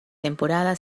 temporada